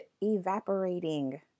evaporating